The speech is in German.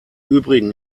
übrigen